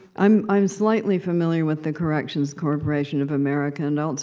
i'm i'm slightly familiar with the corrections corporation of america. and also,